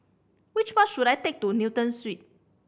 which bus should I take to Newton Suites